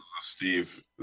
steve